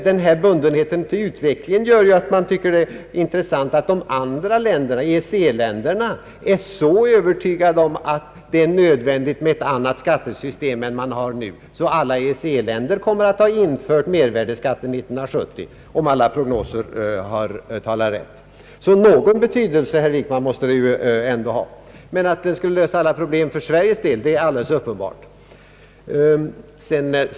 Den här bundenheten till utvecklingen gör att man finner det intressant att EEC-länderna är så övertygade om att det är nödvändigt med ett annat skattesystem än de har nu. Alla EEC-länder kommer att ha infört mervärdeskatt 1970, om alla prognoser talar rätt. Någon betydelse, herr Wickman, måste den ju ha, men att den inte skulle lösa alla problem för Sveriges del är alldeles uppenbart.